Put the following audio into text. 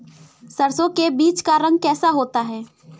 सरसों के बीज का रंग कैसा होता है?